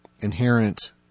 inherent